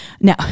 Now